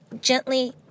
gently